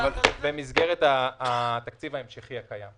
המשלימות במסגרת התקציב ההמשכי הקיים.